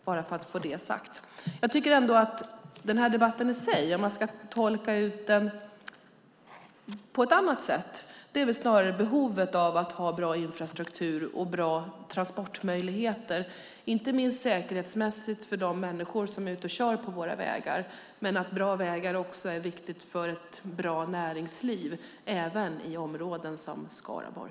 Om man ska tolka debatten på ett annat sätt handlar det om behovet av bra infrastruktur och bra transportmöjligheter, inte minst säkerhetsmässigt för dem som kör på våra vägar. Bra vägar är också viktiga för ett bra näringsliv, även i områden som Skaraborg.